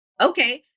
Okay